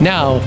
Now